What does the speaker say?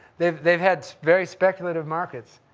they've they've had very speculative markets.